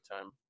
time